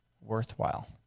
worthwhile